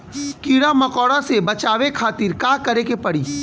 कीड़ा मकोड़ा से बचावे खातिर का करे के पड़ी?